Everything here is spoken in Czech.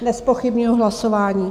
Nezpochybňuji hlasování.